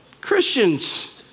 Christians